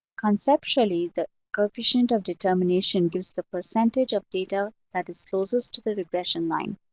conceptually, the coefficient of determination gives the percentage of data that discloses to the regression line.